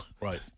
Right